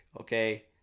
okay